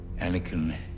Anakin